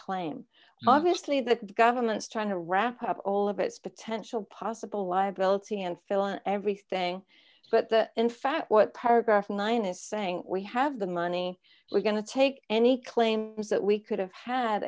claim obviously the government's trying to wrap up all of its potential possible liability and fillin everything but that in fact what paragraph nine is saying we have the money we're going to take any claims that we could have had